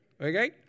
Okay